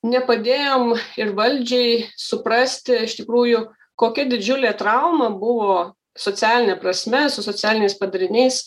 nepadėjom ir valdžiai suprasti iš tikrųjų kokia didžiulė trauma buvo socialine prasme su socialiniais padariniais